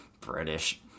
British